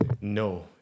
No